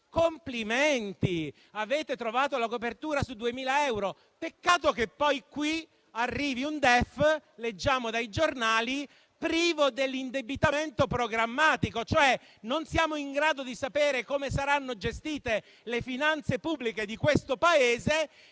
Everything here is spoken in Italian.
Complimenti: avete trovato la copertura su 2.000 euro! Peccato che poi qui arrivi un DEF, come leggiamo dai giornali, privo dell'indebitamento programmatico. Non siamo, cioè, in grado di sapere come saranno gestite le finanze pubbliche di questo Paese.